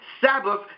Sabbath